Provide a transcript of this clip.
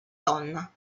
donna